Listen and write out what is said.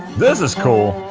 this is cool,